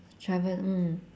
travel mm